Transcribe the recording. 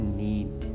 need